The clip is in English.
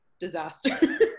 disaster